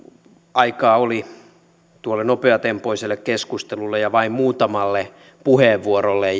aikaa oli tuolle nopeatempoiselle keskustelulle ja vain muutamalle puheenvuorolle